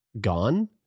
gone